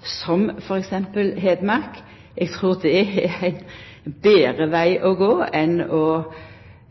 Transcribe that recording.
som f.eks. Hedmark. Eg trur det er ein betre veg å gå enn å